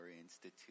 institute